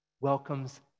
welcomes